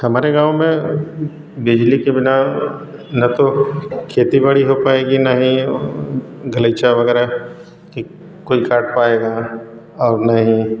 हमारे गाँव में बिजली के बिना न तो खेती बाड़ी हो पाएगी न ही गलैचा वगैरह की कोई काट पाएगा और न ही